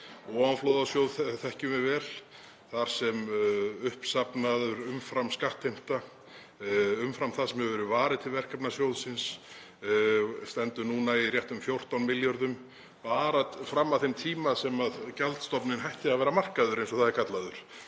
Ofanflóðasjóð þekkjum við vel þar sem uppsöfnuð skattheimta, umfram það sem hefur verið varið til verkefna sjóðsins, stendur núna í rétt um 14 milljörðum, og bara fram að þeim tíma sem gjaldstofninn hætti að vera markaður, eins og það er kallað,